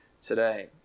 today